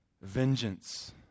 Vengeance